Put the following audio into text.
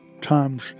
times